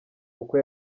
uko